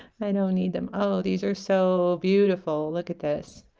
i don't need them oh these are so beautiful look at this